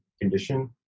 condition